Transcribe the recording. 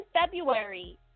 February